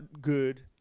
good